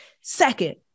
Second